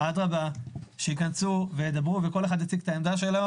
אדרבה שייכנסו וידברו וכל אחד יציג את העמדה שלו.